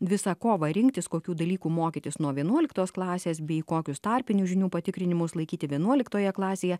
visą kovą rinktis kokių dalykų mokytis nuo vienuoliktos klasės bei kokius tarpinių žinių patikrinimus laikyti vienuoliktoje klasėje